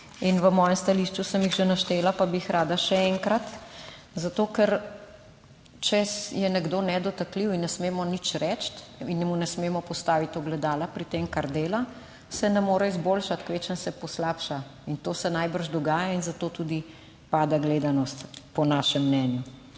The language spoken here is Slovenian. In v mojem stališču sem jih že naštela, pa bi jih rada še enkrat. Zato, ker če je nekdo nedotakljiv in ne smemo nič reči in mu ne smemo postaviti ogledala pri tem kar dela, se ne more izboljšati, kvečjemu se poslabša. In to se najbrž dogaja in zato tudi pada gledanost, po našem mnenju.